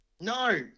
no